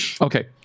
Okay